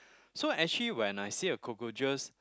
so actually when I see a cockroaches